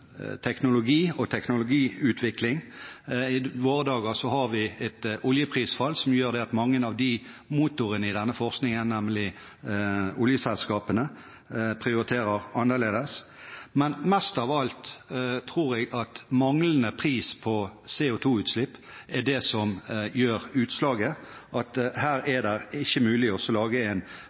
teknologi og teknologiutvikling. I våre dager har vi et oljeprisfall som gjør at mange av motorene i denne forskningen, nemlig oljeselskapene, prioriterer annerledes. Men mest av alt tror jeg at manglende pris på CO2-utslipp er det som gjør utslaget, at det ikke er mulig å lage en